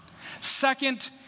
Second